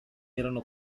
erano